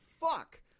fuck